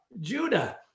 Judah